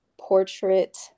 portrait